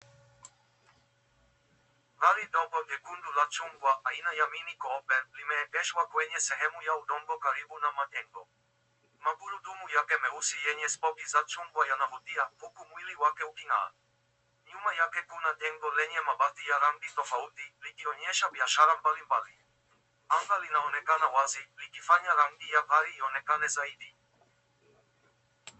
Gari ndogo nyekundu la chungwa aina ya mini copey limeegeshwa kwenye sehemu ya udongo karibu na majengo. Magurudumu yake meusi yenye spoti za chungwa yanavutia, huku mwili wake uking'aa. Nyuma yake kuna jengo lenye mabati ya rangi tofauti, likionyesha biashara mbalimbali. Haswa linaonekana wazi likifanya rangi ya gari ionekane zaidi.